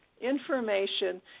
information